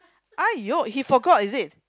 !aiyo! he forgot is it